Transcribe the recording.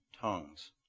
tongues